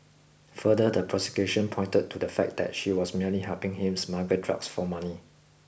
further the prosecution pointed to the fact that she was merely helping him smuggle drugs for money